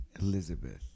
Elizabeth